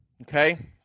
Okay